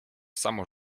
samo